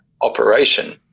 operation